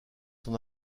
son